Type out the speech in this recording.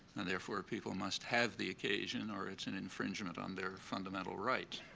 and therefore, people must have the occasion, or it's an infringement on their fundamental right.